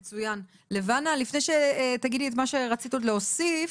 לבנה, לפני שתגידי את מה שרצית עוד להוסיף,